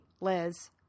Liz